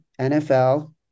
NFL